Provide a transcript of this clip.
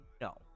no